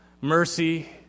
mercy